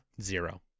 zero